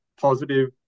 positive